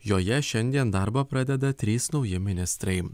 joje šiandien darbą pradeda trys nauji ministrai